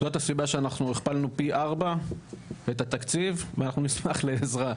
זאת הסיבה שאנחנו הכפלנו פי ארבע את התקציב ואנחנו נשמח לעזרה.